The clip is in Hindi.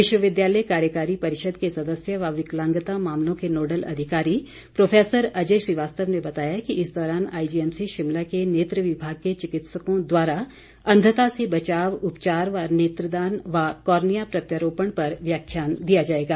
विश्वविद्यालय कार्यकारी परिषद के सदस्य व विकलांगता मामलों के नोडल अधिकारी प्रोफेसर अजय श्रीवास्तव ने बताया कि इस दौरान आईजीएमसी शिमला के नेत्र विभाग के चिकित्सकों द्वारा अंधता से बचाव उपचार और नेत्रदान व कार्निया प्रत्यारोपण पर व्याख्यान दिया जाएगा